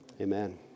Amen